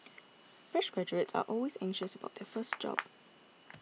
fresh graduates are always anxious about their first job